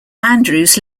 andrews